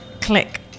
click